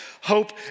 Hope